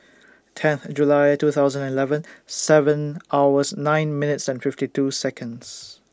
tenth July two thousand and eleven seven hours nine minutes and fifty two Seconds